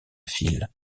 file